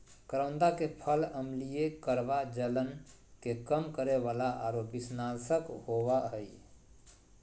करोंदा के फल अम्लीय, कड़वा, जलन के कम करे वाला आरो विषनाशक होबा हइ